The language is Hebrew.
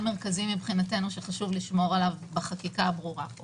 מרכזי מבחינתנו שחשוב לשמור עליו בחקיקה הברורה פה